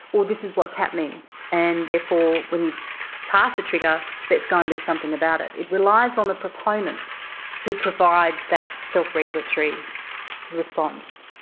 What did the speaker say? well, this is what's happening and therefore when you pass the trigger let's go and do something about it. it relies on the proponent to provide that self-regulatory response.